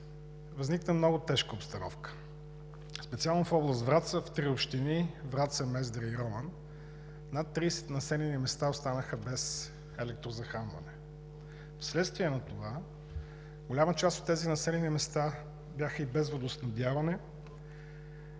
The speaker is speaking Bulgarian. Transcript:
възникна много тежка обстановка. Специално в област Враца в три общини – Враца, Мездра и Роман, над 30 населени места останаха без електрозахранване. Вследствие на това голяма част от тези населени места бяха и без водоснабдяване,